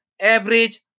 average